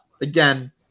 again